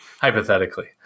Hypothetically